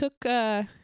took